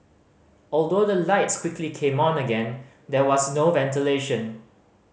although the lights quickly came on again there was no ventilation